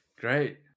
Great